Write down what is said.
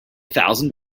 thousand